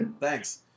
thanks